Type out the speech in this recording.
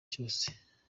cyose